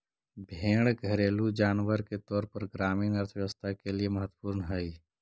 भेंड़ घरेलू जानवर के तौर पर ग्रामीण अर्थव्यवस्था के लिए महत्त्वपूर्ण हई